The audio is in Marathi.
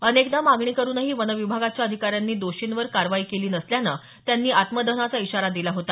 अनेकदा मागणी करुनही वन विभागाच्या अधिकाऱ्यांनी दोषींवर कारवाई केली नसल्यानं त्यांनी आत्मदहनाचा इशारा दिला होता